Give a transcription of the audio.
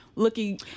Looking